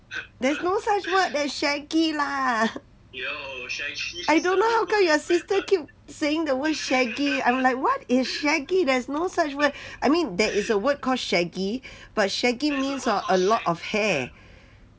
there's no such word that's shaggy lah I don't know how come your sister keep saying the word shaggy I'm like what is shaggy there's no such word I mean there is a word called shaggy but shaggy means a lot of hair